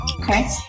Okay